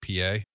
PA